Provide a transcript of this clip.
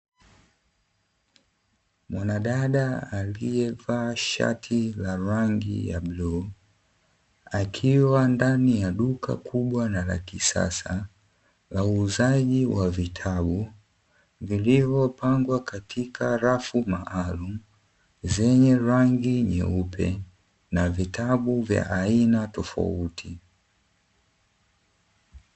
Mwanadada aliyevaa shati la rangi ya bluu akiwa ndnai ya duka kubwa la kisasa la uuzaji wa vitabu, vilivyopangwa katika rafu maalumu zenye rangi nyeupe na vitabu vya aina tofauti.